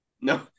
No